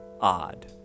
odd